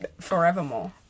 forevermore